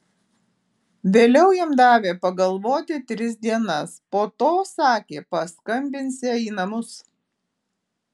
vėliau jam davė pagalvoti tris dienas po to sakė paskambinsią į namus